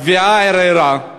התביעה ערערה,